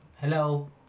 Hello